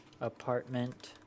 apartment